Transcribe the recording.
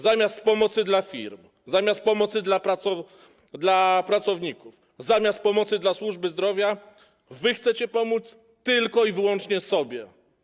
Zamiast pomocy dla firm, zamiast pomocy dla pracowników, zamiast pomocy dla służby zdrowia wy chcecie pomóc tylko i wyłącznie sobie.